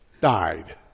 died